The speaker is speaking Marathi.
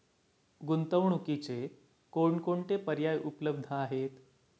गुंतवणुकीचे कोणकोणते पर्याय उपलब्ध आहेत?